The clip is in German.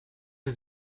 sie